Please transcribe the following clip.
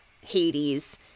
Hades